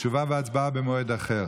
תשובה והצבעה במועד אחר.